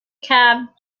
cab